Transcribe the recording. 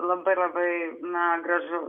labai labai na gražu